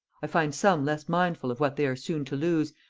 i find some less mindful of what they are soon to lose,